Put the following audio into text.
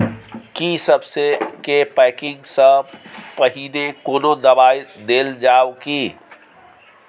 की सबसे के पैकिंग स पहिने कोनो दबाई देल जाव की?